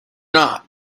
not